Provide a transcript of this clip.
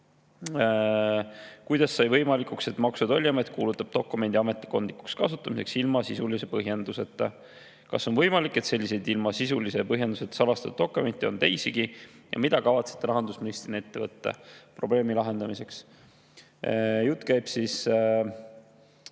"Kuidas sai võimalikuks, et Maksu‑ ja Tolliamet kuulutab dokumendi ametkondlikuks kasutamiseks ilma sisulise põhjenduseta? Kas on võimalik, et selliseid ilma sisulise põhjenduseta salastatud dokumente on teisigi ja mida kavatsete rahandusministrina ette võtta probleemi lahendamiseks?" Jutt käib sellest,